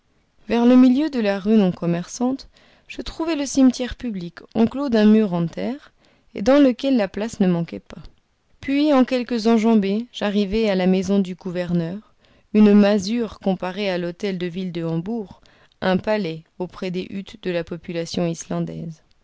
vers le milieu de la rue non commerçante je trouvai le cimetière public enclos d'un mur en terre et dans lequel la place ne manquait pas puis en quelques enjambées j'arrivai à la maison du gouverneur une masure comparée à l'hôtel de ville de hambourg un palais auprès des huttes de la population islandaise